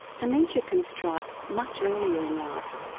dementia can strike much earlier in life.